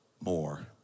more